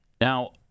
Now